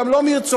גם לא מרצונם,